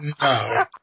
no